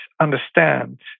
understand